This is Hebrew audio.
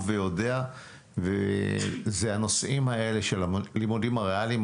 ויודע זה הנושאים האלה של הלימודים הריאליים,